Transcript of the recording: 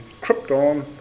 krypton